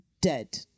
dead